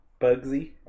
Bugsy